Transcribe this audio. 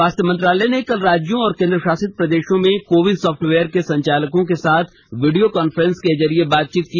स्वास्थ्य मंत्रालय ने कल राज्यों और केंद्रशासित प्रदेशों में कोविन सॉफ्टवेयर के संचालकों के साथ वीडियो कांफ्रेंस के जरिए बातचीत की